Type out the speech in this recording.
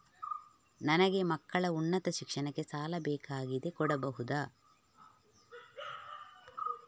ನನಗೆ ಮಕ್ಕಳ ಉನ್ನತ ಶಿಕ್ಷಣಕ್ಕೆ ಸಾಲ ಬೇಕಾಗಿದೆ ಕೊಡಬಹುದ?